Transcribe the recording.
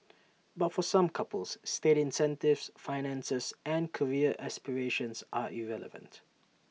but for some couples state incentives finances and career aspirations are irrelevant